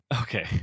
okay